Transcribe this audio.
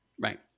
right